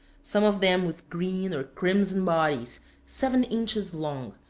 some of them with green or crimson bodies seven inches long,